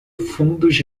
fundos